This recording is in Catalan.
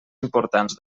importants